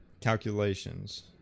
calculations